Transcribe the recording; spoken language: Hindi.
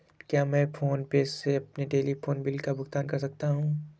क्या मैं फोन पे से अपने टेलीफोन बिल का भुगतान कर सकता हूँ?